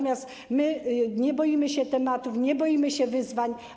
My nie boimy się tematów, nie boimy się wyzwań.